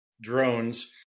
drones